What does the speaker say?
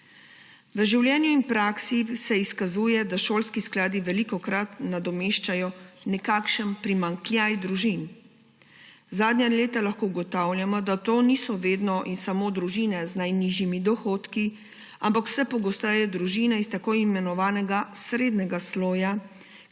V življenju in praksi se izkazuje, da šolski skladi velikokrat nadomeščajo nekakšen primanjkljaj družin. Zadnja leta lahko ugotavljamo, da to niso vedno in samo družine z najnižjimi dohodki, ampak vse pogosteje družine iz tako imenovanega srednjega sloja,